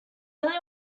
only